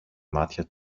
μάτια